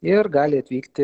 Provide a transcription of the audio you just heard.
ir gali atvykti